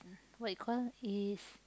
what you call it's